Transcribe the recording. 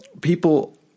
people